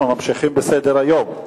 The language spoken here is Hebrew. הכנסת, אנחנו ממשיכים בסדר-היום.